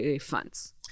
funds